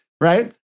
right